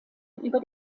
über